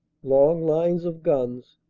long lines of guns,